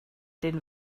den